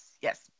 yes